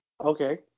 Okay